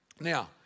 Now